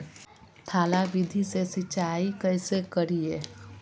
थाला विधि से सिंचाई कैसे करीये?